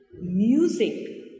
music